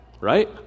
right